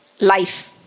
Life